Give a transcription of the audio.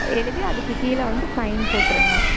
எழுதி அதுக்கு கீழே வந்து சைன் போட்டுருங்க